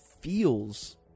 feels